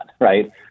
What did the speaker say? right